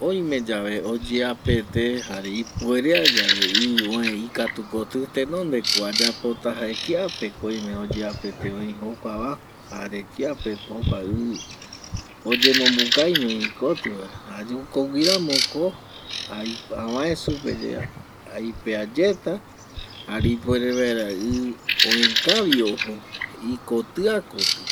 Oime yave oyeapete jare ipuerea yave ɨ oe ikatu kotɨ tenonde ko ayapota jae kia pe ko oime oyeapete oi jokua va jare kiape ko jokua ɨ oyemombuka iño oi ikotɨ va jaema jokogui ramo ko aikua avae supe yae aipea yeta jare ipuere vaera ɨ oe kavi ojo ikotɨa kotɨ